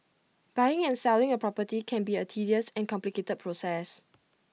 buying and selling A property can be A tedious and complicated process